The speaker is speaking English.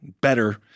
better